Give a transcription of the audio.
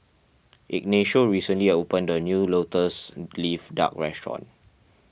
Ignacio recently opened a new Lotus Leaf Duck restaurant